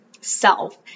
self